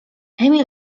emil